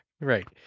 Right